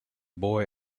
boy